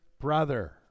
brother